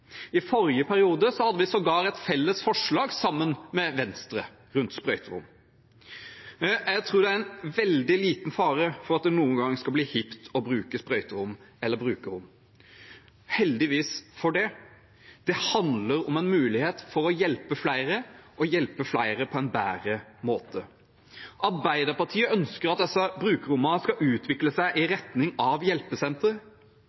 I forrige periode hadde vi sågar et felles forslag sammen med Venstre rundt sprøyterom. Jeg tror det er veldig liten fare for at det noen gang skal bli hipt å bruke sprøyterom eller brukerrom – heldigvis for det. Det handler om en mulighet til å hjelpe flere og hjelpe flere på en bedre måte. Arbeiderpartiet ønsker at disse brukerrommene skal utvikle seg i